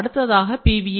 அடுத்ததாக PVA